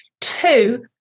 Two